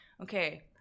Okay